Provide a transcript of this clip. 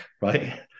right